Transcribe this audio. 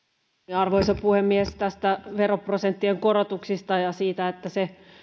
arvoisa puhemies näistä veroprosenttien korotuksista ja siitä että